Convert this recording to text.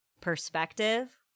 perspective